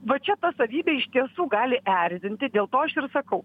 va čia ta savybė iš tiesų gali erzinti dėl to aš ir sakau